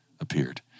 appeared